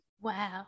Wow